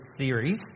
series